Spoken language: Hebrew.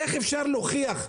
איך אפשר להוכיח?